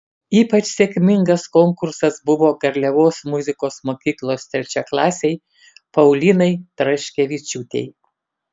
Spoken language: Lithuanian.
ypač sėkmingas konkursas buvo garliavos muzikos mokyklos trečiaklasei paulinai traškevičiūtei